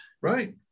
Right